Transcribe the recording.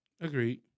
Agreed